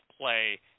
play